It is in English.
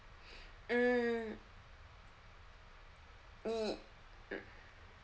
mm mm